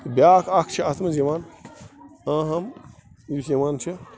بیٛاکھ اَکھ چھِ اَتھ منٛز یِوان اَہم یُس یِوان چھِ